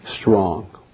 strong